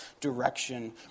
direction